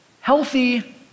healthy